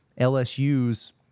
LSU's